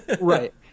Right